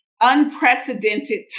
unprecedented